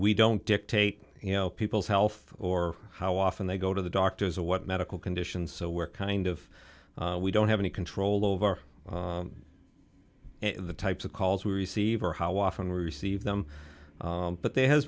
don't dictate you know people's health or how often they go to the doctors or what medical conditions so we're kind of we don't have any control over the types of calls we receive or how often we receive them but they has